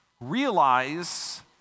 realize